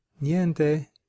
niente